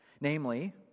Namely